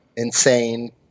insane